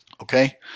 Okay